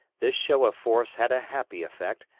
this show of force had a happy effect,